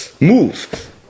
move